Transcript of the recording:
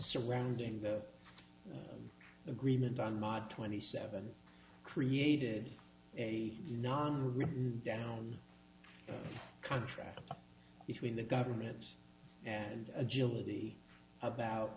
surrounding the agreement on march twenty seventh created a non written down contract between the government and agility about